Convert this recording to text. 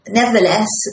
nevertheless